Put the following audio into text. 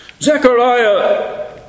Zechariah